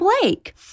Blake